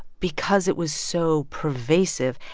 because it was so pervasive,